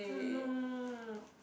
oh no